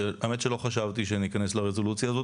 האמת שלא חשבתי שניכנס לרזולוציה הזאת,